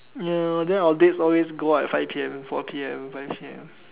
ya then our dates always go out at five P_M four P_M five P_M